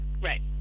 right